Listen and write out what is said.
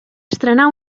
estrenar